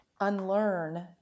unlearn